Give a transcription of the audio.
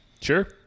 Sure